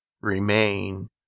remain